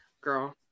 girl